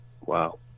Wow